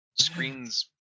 Screens